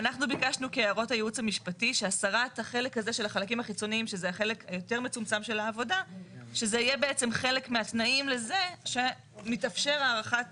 במסגרת הכנת ההצעה הזאת היו דיונים ארוכים